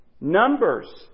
Numbers